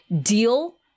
deal